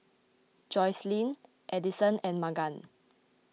Joycelyn Edison and Magan